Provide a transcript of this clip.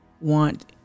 want